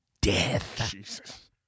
death